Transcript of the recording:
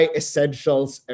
essentials